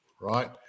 right